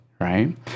right